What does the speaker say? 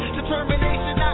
Determination